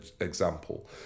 example